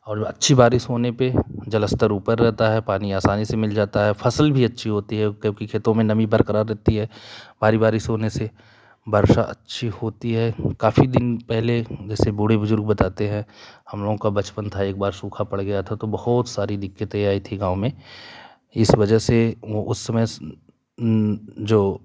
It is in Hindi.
और अच्छी बारिश होने पर जलस्तर ऊपर रहता है पानी आसानी से मिल जाता है फसल भी अच्छी होती है क्योंकि खेतों में नमी बरकरार रहती है भारी बारिसश होने से वर्षा अच्छी होती है काफी दिन पहले जैसे बूढ़े बुजुर्ग बताते हैं हम लोगों का बचपन था एक बार सूखा पड़ गया था तो बहुत सारी दिक्कतें आई थी गाँव में इस वजह से उस समय जो